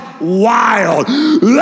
wild